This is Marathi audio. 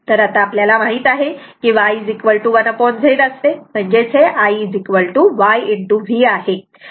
तर आता आपल्याला माहित आहे की Y1Z असते तेव्हा हे IY V आहे